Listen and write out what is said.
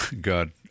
God